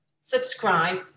subscribe